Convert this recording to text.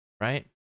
right